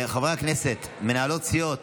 חברי הכנסת, מנהלות סיעות